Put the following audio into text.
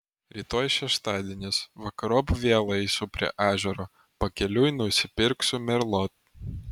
rytoj šeštadienis vakarop vėl eisiu prie ežero pakeliui nusipirksiu merlot